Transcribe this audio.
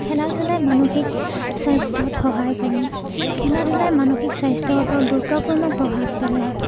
খেলা ধূলাই মানসিক স্বাস্থ্যত সহায় কৰে খেলা ধূলাই মানসিক স্বাস্থ্যৰ ওপৰত গুৰুত্বপূৰ্ণ প্ৰভাৱ পেলায়